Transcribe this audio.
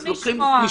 אז לוקחים משפטים.